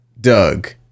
Doug